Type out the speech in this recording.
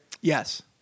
Yes